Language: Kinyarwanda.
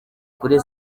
kuri